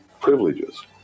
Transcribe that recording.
privileges